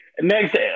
Next